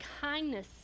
kindness